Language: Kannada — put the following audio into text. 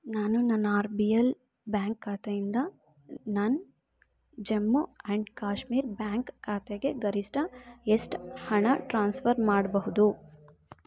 ನಾನು ನನ್ನ ಆರ್ ಬಿ ಎಲ್ ಬ್ಯಾಂಕ್ ಖಾತೆಯಿಂದ ನನ್ನ ಜಮ್ಮು ಆ್ಯಂಡ್ ಕಾಶ್ಮೀರ್ ಬ್ಯಾಂಕ್ ಖಾತೆಗೆ ಗರಿಷ್ಠ ಎಷ್ಟು ಹಣ ಟ್ರಾನ್ಸ್ಫರ್ ಮಾಡಬಹುದು